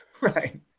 right